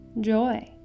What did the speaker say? joy